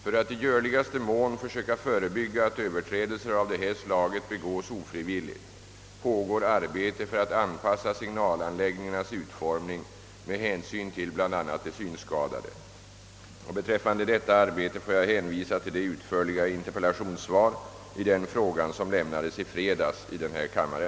För att i görligaste mån försöka förebygga att överträdelser av det här slaget begås ofrivilligt pågår arbete för att anpassa signalanläggningarnas utformning med hänsyn till bl.a. de synskadade. Beträffande detta arbete får jag hänvisa till det utförliga interpellationssvar i denna fråga som lämnades i fredags i denna kammare.